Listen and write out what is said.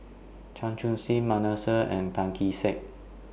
Chan Chun Sing Manasseh and Tan Kee Sek